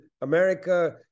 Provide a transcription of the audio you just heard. america